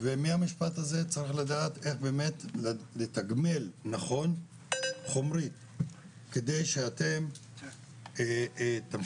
ומהמשפט הזה צריך לדעת איך באמת לתגמל נכון חומרית כדי שאתם תמשיכו